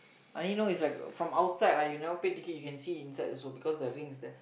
I only need is like from outside right you never pay ticket you can see inside also because the ring is there